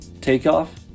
takeoff